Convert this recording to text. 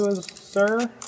sir